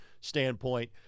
standpoint